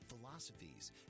philosophies